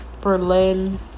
berlin